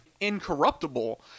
Incorruptible